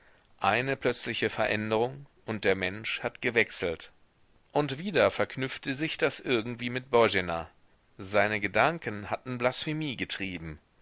eine plötzliche veränderung und der mensch hat gewechselt und wieder verknüpfte sich das irgendwie mit boena seine gedanken hatten blasphemie getrieben